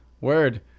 Word